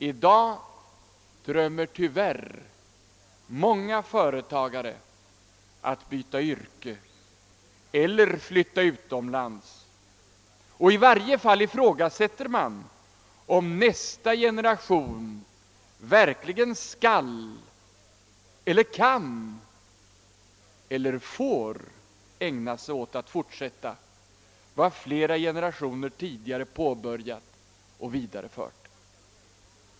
I dag drömmer tyvärr många företagare om att byta yrke eller att flytta utomlands. I varje fall ifrågasätter man om nästa generation skall eller kan eller får ägna sig åt att fortsätta vad flera generationer tidigare har påbörjat och vidarefört.